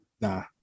Nah